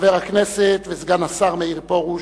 חבר הכנסת וסגן השר מאיר פרוש,